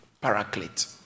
Paraclete